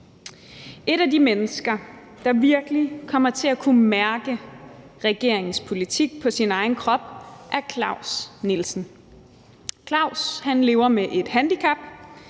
Et af de mennesker, der virkelig kommer til at kunne mærke regeringens politik på sin egen krop, er Claus Nielsen. Claus lever med et handicap.